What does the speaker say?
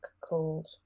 called